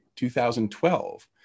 2012